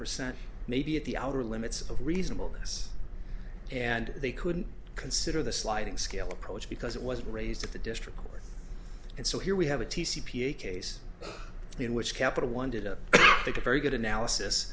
percent maybe at the outer limits of reasonable this and they couldn't consider the sliding scale approach because it was raised at the district court and so here we have a t c p a case in which capital one did a very good analysis